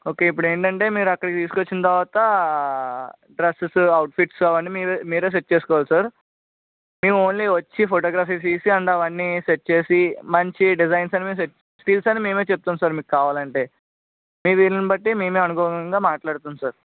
okay ఇప్పుడేంటంటే మీరు అక్కడికి తీసుకొచ్చిన తర్వాత డ్రస్సెస్ అవుట్ఫిట్స్ అవన్నీ మీరు మీరే సెట్ చేసుకోవాలి సార్ మేము ఓన్లీ వచ్చి ఫోటోగ్రఫీ తీసి అండ్ అవన్నీ సెట్ చేసి మంచి డిజైన్స్ అన్ని మేము సెట్ స్టిల్స్ అన్ని మేమే చెప్తాము సార్ మీకు కావాలంటే మీ వీలుని బట్టి మేమే అనుగుణంగా మాట్లాడతాం సార్